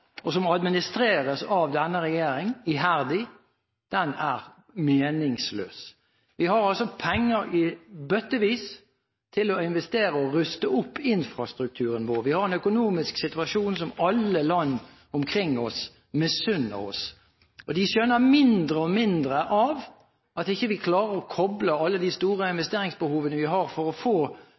og som administreres iherdig av denne regjeringen, er meningsløs. Vi har penger i bøttevis til å investere og ruste opp infrastrukturen vår, vi har en økonomisk situasjon som alle land omkring oss misunner oss, og de skjønner mindre og mindre av at vi ikke klarer å koble alle de store investeringsbehovene vi har for å få